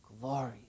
glory